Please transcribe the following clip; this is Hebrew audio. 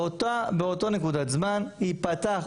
באותה נקודת זמן תיפתח,